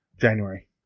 January